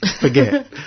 forget